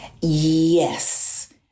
Yes